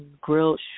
grilled